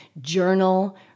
journal